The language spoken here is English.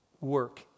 work